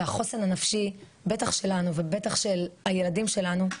והחוסן הנפשי בטח שלנו ובטח של הילדים שלנו,